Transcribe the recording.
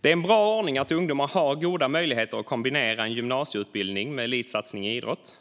Det är en bra ordning att ungdomar har goda möjligheter att kombinera en gymnasieutbildning med elitsatsning i idrott.